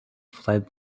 fled